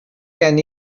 gen